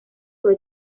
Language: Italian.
sue